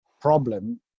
problem